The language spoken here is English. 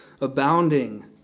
abounding